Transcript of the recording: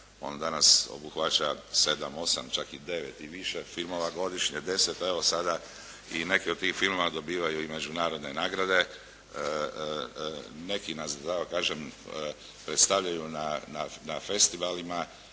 On danas obuhvaća sedam, osam, čak i devet i više filmova godišnje, deset a evo sada i neki od tih filmova dobivaju i međunarodne nagrade. Neki nas da tako kažem predstavljaju na festivalima